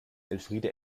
elfriede